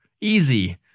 easy